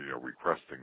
requesting